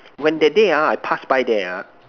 when that day ah I pass by there ah